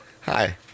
Hi